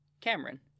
Cameron